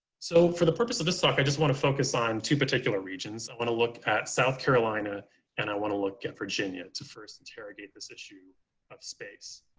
so for the purpose of this talk, i just want to focus on two particular regions. i want to look at south carolina and i want to look at virginia to first interrogate this issue of space.